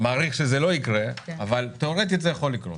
מעריך שזה לא יקרה, אבל תיאורטית זה יכול לקרות.